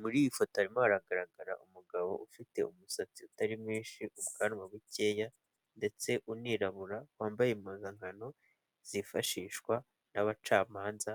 Muri iyi foto harimo haragaragara umugabo ufite umusatsi utari mwinshi, ubwanwa bukeya, ndetse unirabura, wambaye impuzankano zifashishwa n'abacamanza